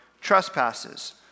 trespasses